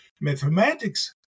Mathematics